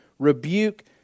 Rebuke